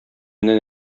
менә